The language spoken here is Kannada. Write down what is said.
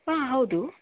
ಹಾಂ ಹೌದು